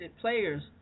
players